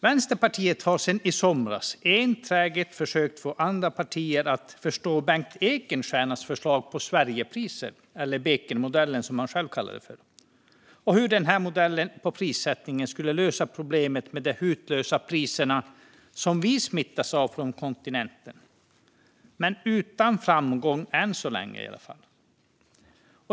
Vänsterpartiet har sedan i somras enträget försökt få andra partier att förstå Bengt Ekenstiernas förslag på Sverigepriser, eller Bekenmodellen som han själv kallar den, och hur denna modell för prissättningen skulle lösa problemet med de hutlösa elpriserna som vi smittas av från kontinenten. Men det har vi gjort utan framgång än så länge i alla fall.